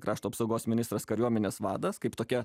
krašto apsaugos ministras kariuomenės vadas kaip tokia